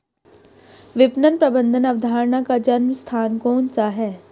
विपणन प्रबंध अवधारणा का जन्म स्थान कौन सा है?